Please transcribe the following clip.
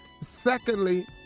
Secondly